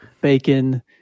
bacon